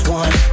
one